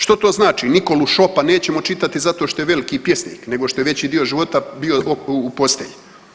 Što to znači Nikolu Šopa nećemo čitati zato što je veliki pjesnik, nego što je veći dio života bio u postelji.